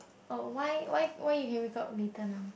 oh why why why you can wake up later now